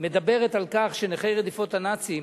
מדבר על כך שנכי רדיפות הנאצים,